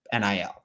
NIL